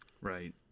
right